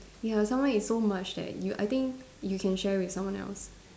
ya some more it's so much that you I think you can share with someone else